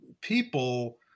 people